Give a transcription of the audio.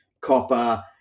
copper